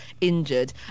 injured